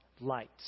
Lights